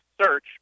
search